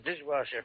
dishwasher